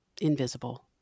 invisible